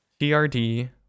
TRD